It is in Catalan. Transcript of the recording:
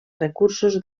recursos